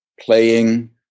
playing